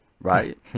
Right